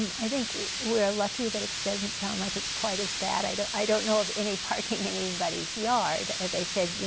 i think we're lucky that it doesn't sound like it's quite as bad. i don't i don't know of any parking in anybody's yard as i said,